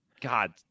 God